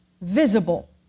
visible